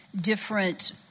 different